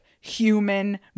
human